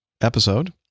episode